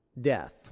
death